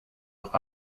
auch